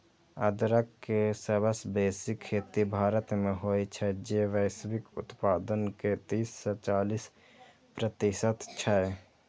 अदरक के सबसं बेसी खेती भारत मे होइ छै, जे वैश्विक उत्पादन के तीस सं चालीस प्रतिशत छै